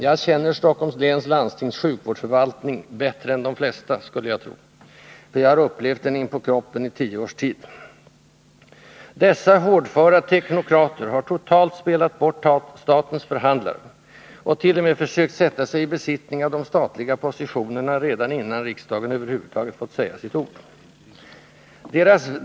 Jag känner Stockholms läns landstings sjukvårdsförvaltning, bättre än de flesta skulle jag tro, för jag har upplevt den inpå kroppen i tio års tid. Dessa hårdföra teknokrater har totalt spelat bort statens förhandlare och t.o.m. försökt sätta sig i besittning av de statliga positionerna redan innan riksdagen över huvud taget fått säga sitt ord.